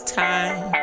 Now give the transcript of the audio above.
time